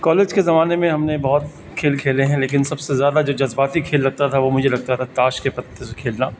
college کے زمانے میں ہم نے بہت کھیل کھیلے ہیں لیکن سب سے زیادہ جو جذباتی کھیل لگتا تھا وہ مجھے لگتا تھا تاش کے پتے سے کھیلنا